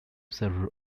server